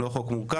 זה לא חוק מורכב,